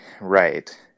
right